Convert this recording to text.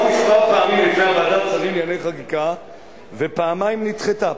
היא הובאה פעמים מספר בפני ועדת שרים לענייני חקיקה ופעמיים נדחתה.